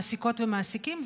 מעסיקות ומעסיקים,